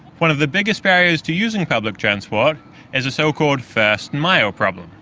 one of the biggest barriers to using public transport is a so-called first-mile problem.